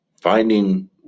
finding